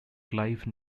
clive